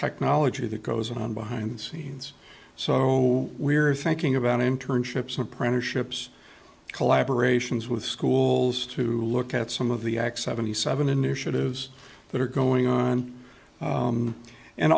technology that goes on behind the scenes so we're thinking about internships apprenticeships collaboration's with schools to look at some of the acts of any seven initiatives that are going on on and